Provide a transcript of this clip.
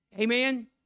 Amen